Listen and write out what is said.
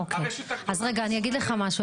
אוקיי, אז רגע אני אגיד לך משהו.